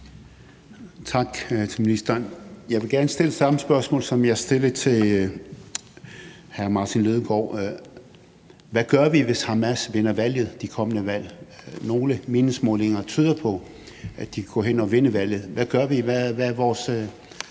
Tak til ministeren. Jeg vil gerne stille samme spørgsmål, som jeg stillede til hr. Martin Lidegaard: Hvad gør vi, hvis Hamas vinder det kommende valg? Nogle meningsmålinger tyder på, at de kan gå hen og vinde valget. Hvad gør vi? Hvad er vores